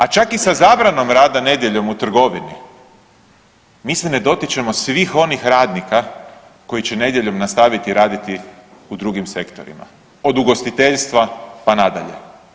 A čak i sa zabranom rada nedjeljom u trgovini, mi se ne dotičemo svih onih radnika koji će nedjeljom nastaviti raditi u drugim sektorima, od ugostiteljstva pa nadalje.